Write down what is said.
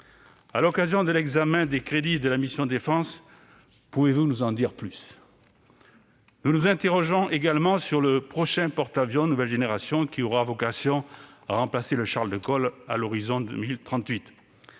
À l'occasion de l'examen des crédits de la mission « Défense », pouvez-vous nous en dire plus ? Nous nous interrogeons également sur le prochain porte-avions de nouvelle génération, qui aura vocation à remplacer le à l'horizon 2038.